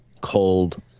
cold